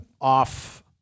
off